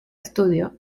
estudio